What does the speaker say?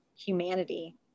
humanity